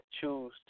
choose